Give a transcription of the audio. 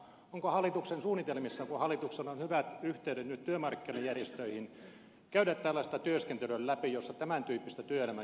onko hallituksen suunnitelmissa kun hallituksella on nyt hyvät yhteydet työmarkkinajärjestöihin käydä läpi tällaista työskentelyä jossa tämän tyyppistä työelämän joustoa lisättäisiin